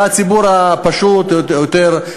והציבור הפשוט יותר,